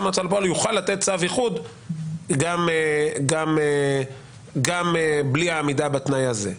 ההוצאה לפועל יוכל לתת צו איחוד גם בלי העמידה בתנאי הזה.